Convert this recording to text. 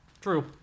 True